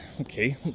Okay